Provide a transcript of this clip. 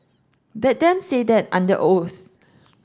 let them say that under oath